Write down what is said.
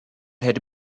had